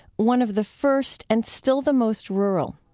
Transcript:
one of the first, and still the most rural.